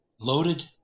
loaded